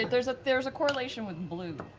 and there's ah there's a correlation with and blue.